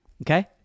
Okay